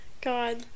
God